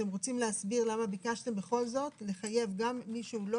אתם רוצים להסביר למה ביקשתם בכל זאת לחייב גם מי שהוא לא